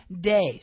days